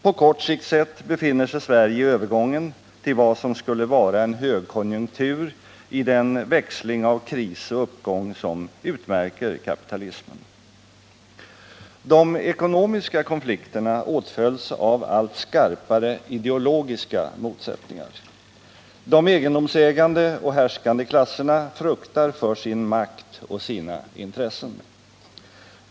På kortare sikt sett befinner sig Sverige i övergången till vad som skulle vara en högkonjunktur i den växling av kris och uppgång som utmärker kapitalismen. De ekonomiska konflikterna åtföljs av allt skarpare ideologiska motsättningar. De egendomsägande och härskande klasserna fruktar för sin makt och sina intressen.